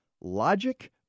logic